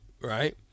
right